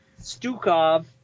Stukov